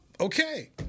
Okay